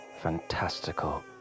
fantastical